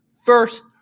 first